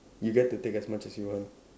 you get to take as much as you want